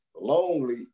lonely